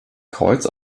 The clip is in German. kreuz